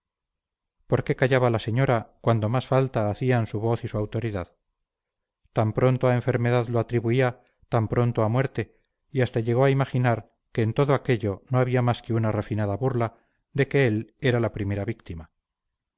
por qué callaba la señora cuando más falta hacían su voz y su autoridad tan pronto a enfermedad lo atribuía tan pronto a muerte y hasta llegó a imaginar que en todo aquello no había más que una refinada burla de que él era la primera víctima